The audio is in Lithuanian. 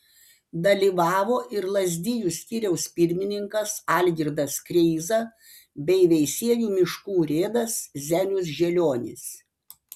dalyvavo ir lazdijų skyriaus pirmininkas algirdas kreiza bei veisiejų miškų urėdas zenius želionis